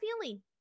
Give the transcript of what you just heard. feeling